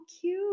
cute